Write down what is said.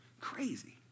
Crazy